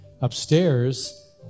upstairs